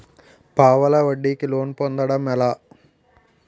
పావలా వడ్డీ కి లోన్ పొందటం ఎలా?